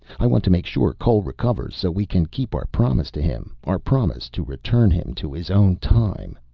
i want to make sure cole recovers, so we can keep our promise to him our promise to return him to his own time.